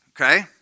Okay